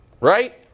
right